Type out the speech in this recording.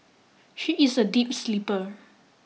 she is a deep sleeper